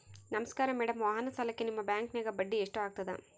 ನಮಸ್ಕಾರ ಮೇಡಂ ವಾಹನ ಸಾಲಕ್ಕೆ ನಿಮ್ಮ ಬ್ಯಾಂಕಿನ್ಯಾಗ ಬಡ್ಡಿ ಎಷ್ಟು ಆಗ್ತದ?